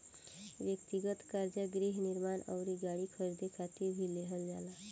ब्यक्तिगत कर्जा गृह निर्माण अउरी गाड़ी खरीदे खातिर भी लिहल जाला